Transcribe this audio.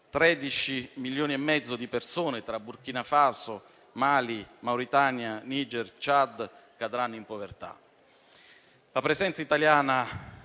13,5 milioni di persone, tra Burkina Faso, Mali, Mauritania, Niger e Chad, cadranno in povertà.